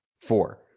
four